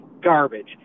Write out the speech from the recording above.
garbage